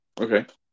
Okay